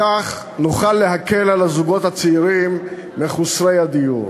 בכך נוכל להקל על הזוגות הצעירים מחוסרי הדיור.